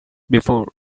before